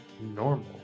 normal